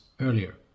earlier